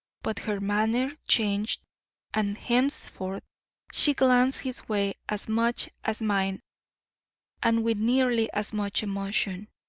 but her manner changed and henceforth she glanced his way as much as mine and with nearly as much emotion.